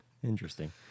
Interesting